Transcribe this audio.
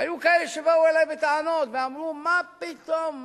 והיו כאלה שבאו אלי בטענות, ואמרו: מה פתאום?